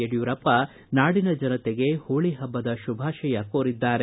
ಯಡಿಯೂರಪ್ಪ ನಾಡಿನ ಜನತೆಗೆ ಹೋಳಿ ಹಬ್ಬದ ಶುಭಾಶಯ ಕೋರಿದ್ದಾರೆ